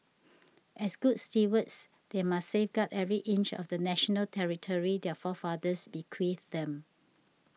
as good stewards they must safeguard every inch of national territory their forefathers bequeathed them